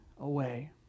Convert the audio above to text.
away